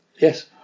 Yes